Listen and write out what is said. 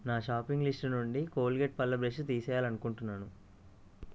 నా shopping list నుండి Colgate పళ్ళ బ్రష్ తీసేయాలి అనుకుంటున్నాను